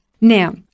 Now